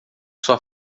sua